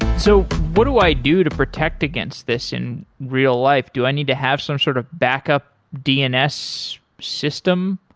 so what do i do to protect against this in real-life? do i need to have some sort of backup dns system?